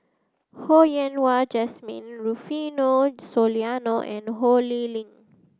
Ho Yen Wah Jesmine Rufino Soliano and Ho Lee Ling